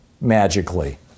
magically